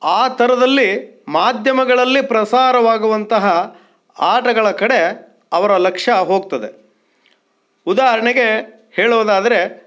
ಆ ಥರದಲ್ಲಿ ಮಾಧ್ಯಮಗಳಲ್ಲಿ ಪ್ರಸಾರವಾಗುವಂತಹ ಆಟಗಳ ಕಡೆ ಅವರ ಲಕ್ಷ್ಯ ಹೋಗ್ತದೆ ಉದಾಹರಣೆಗೆ ಹೇಳೋದಾದರೆ